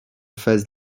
phase